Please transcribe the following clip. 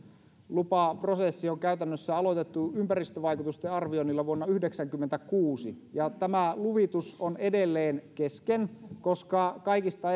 lupaprosessi on käytännössä aloitettu ympäristövaikutusten arvioinnilla vuonna yhdeksänkymmentäkuusi ja tämä luvitus on edelleen kesken koska kaikista